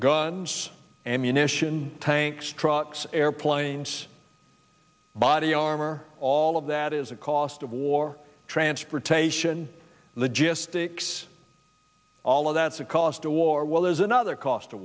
guns ammunition tanks trucks airplanes body armor all of that is a cost of war transportation logistics all of that's a cost to war well there's another cost